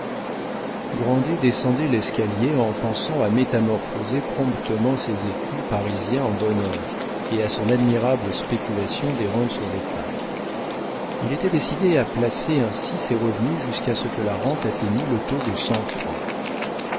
descendit l'escalier en pensant à métamorphoser promptement ses écus parisiens en bon or et à son admirable spéculation des rentes sur l'état il était décidé à placer ainsi ses revenus jusqu'à ce que la rente atteignît le taux de cent francs